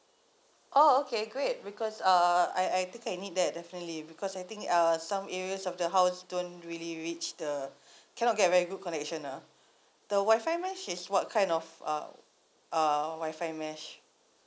oh okay great because uh I I think I need that definitely because I think uh some areas of the house don't really reach the cannot get a very good connection ah the wifi mesh is what kind of a a wifi mesh